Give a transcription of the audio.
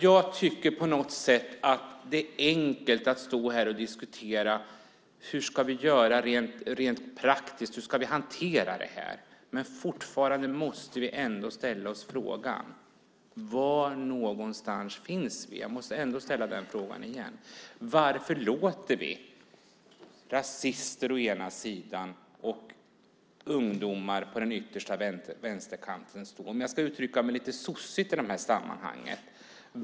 Jag tycker på något sätt att det är enkelt att stå här och diskutera hur vi ska göra rent praktiskt, hur vi ska hantera detta. Men fortfarande måste vi ändå ställa frågan: Var någonstans finns vi? Varför låter vi bara rasister och ungdomar på den yttersta vänsterkanten stå där? Jag ska uttrycka mig lite "sossigt" i detta sammanhang.